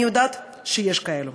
אני יודעת שיש כאלו.